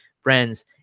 friends